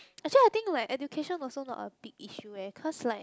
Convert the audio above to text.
actually I like think education also not a big issue eh because like